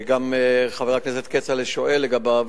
וגם חבר הכנסת כצל'ה שואל לגביו,